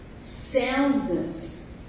soundness